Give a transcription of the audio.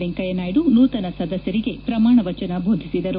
ವೆಂಕಯ್ಯನಾಯ್ದು ನೂತನ ಸದಸ್ಯರಿಗೆ ಪ್ರಮಾಣ ವಚನ ಬೋಧಿಸಿದರು